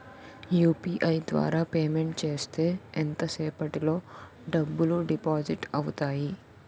UPI ద్వారా payment చేస్తే ఎంత సేపటిలో డబ్బులు డిపాజిట్ అవుతాయి?